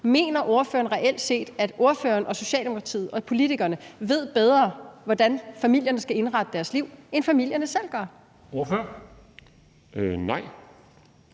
Mener ordføreren reelt set, at ordføreren, Socialdemokratiet og politikerne ved bedre, hvordan familierne skal indrette deres liv, end familierne selv gør? Kl.